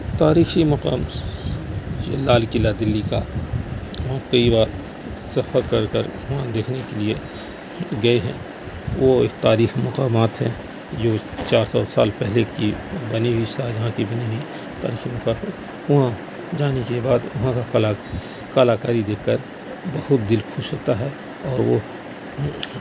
تاریخی مقام جیسے لال قلعہ دلی کا وہاں کئی بار سفر کر کر وہاں دیکھنے کے لیے گئے ہیں وہ ایک تاریخی مقامات ہے جو چار سو سال پہلے کی بنی ہوئی شاہ جہاں کی بنی ہوئی تاریخی مقام پر وہاں جانے کے بعد وہاں کی کلا کلاکاری دیکھ کر بہت دل خوش ہوتا ہے اور وہ